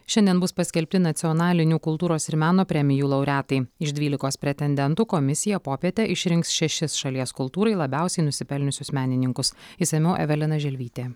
šiandien bus paskelbti nacionalinių kultūros ir meno premijų laureatai iš dvylikos pretendentų komisija popietę išrinks šešis šalies kultūrai labiausiai nusipelniusius menininkus išsamiau evelina želvytė